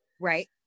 Right